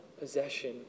possession